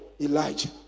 Elijah